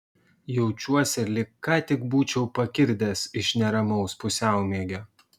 jaučiuosi lyg ką tik būčiau pakirdęs iš neramaus pusiaumiegio